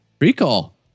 recall